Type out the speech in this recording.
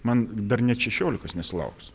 man dar net šešiolikos nesulaukus